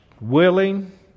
Willing